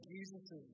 Jesus